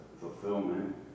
fulfillment